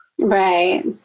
Right